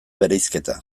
bereizketa